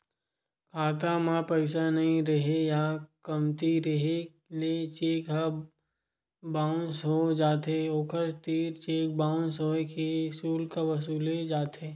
खाता म पइसा नइ रेहे या कमती रेहे ले चेक ह बाउंस हो जाथे, ओखर तीर चेक बाउंस होए के सुल्क वसूले जाथे